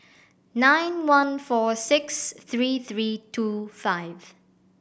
nine one four six three three two five